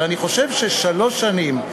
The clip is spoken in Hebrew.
אבל אני חושב ששלוש שנים,